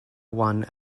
one